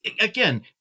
again